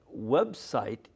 website